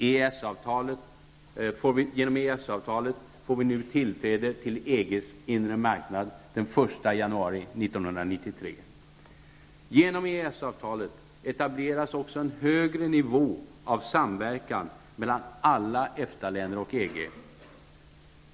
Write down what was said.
Genom EES-avtalet får vi nu tillträde till EGs inre marknad den 1 januari 1993. Genom EES-avtalet etableras också en högre nivå av samverkan mellan alla EFTA-länder och EG.